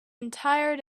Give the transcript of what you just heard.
entire